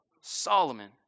Solomon